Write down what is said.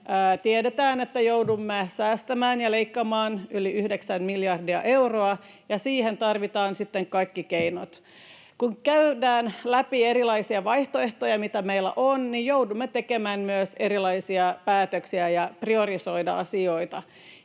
Tiedetään, että joudumme säästämään ja leikkaamaan yli yhdeksän miljardia euroa, ja siihen tarvitaan sitten kaikki keinot. Kun käydään läpi erilaisia vaihtoehtoja, mitä meillä on, joudumme tekemään erilaisia päätöksiä ja priorisoimaan asioita.